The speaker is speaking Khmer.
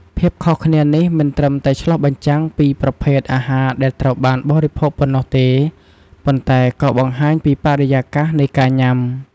ភាពខុសគ្នានេះមិនត្រឹមតែឆ្លុះបញ្ចាំងពីប្រភេទអាហារដែលត្រូវបានបរិភោគប៉ុណ្ណោះទេ ប៉ុន្តែក៏បង្ហាញពីបរិយាកាសនៃការញ៉ាំ។